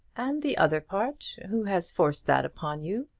and the other part who has forced that upon you?